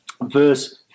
verse